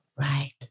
Right